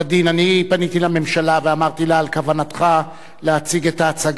אני פניתי לממשלה ואמרתי לה על כוונתך להציג את ההצעה,